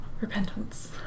repentance